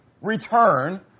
return